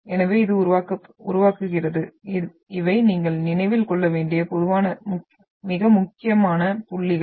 எனவே இது உருவாக்குகிறது இவை நீங்கள் நினைவில் கொள்ள வேண்டிய பொதுவான மிக முக்கியமான புள்ளிகள்